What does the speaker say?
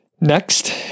next